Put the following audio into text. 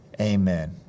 amen